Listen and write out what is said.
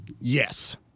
Yes